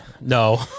No